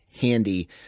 handy